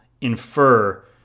infer